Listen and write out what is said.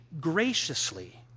graciously